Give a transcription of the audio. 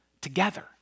together